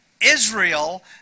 Israel